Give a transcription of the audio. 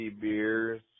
beers